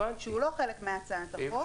שהוא לא חלק מהצעת החוק הזאת.